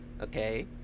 okay